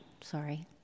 sorry